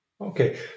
Okay